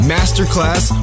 Masterclass